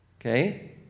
okay